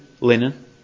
linen